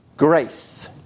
Grace